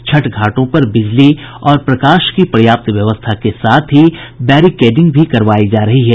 छठ घाटों पर बिजली और प्रकाश की पर्याप्त व्यवस्था के साथ ही बैरिकेडिंग भी की जा रही है